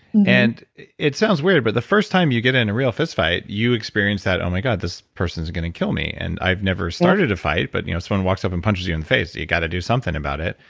and it sounds weird, but the first time you get in a real fistfight you experience that, oh my god, this person's going to kill me. and i've never started a fight, but if you know someone walks up and punches you in the face, you got to do something about it.